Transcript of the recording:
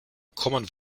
common